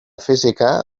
física